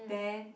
then